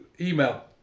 email